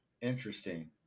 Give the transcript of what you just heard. interesting